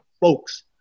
folks